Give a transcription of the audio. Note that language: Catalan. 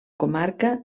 comarca